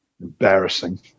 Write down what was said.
Embarrassing